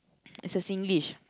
is a Singlish